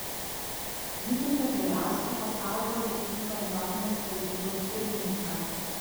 vytautą bieliauską pasaulio lietuvių bendruomenės valdybos pirmininką